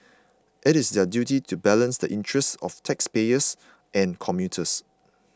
it is their duty to balance the interests of taxpayers and commuters